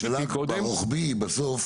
ברוחבי בסוף